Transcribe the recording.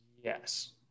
Yes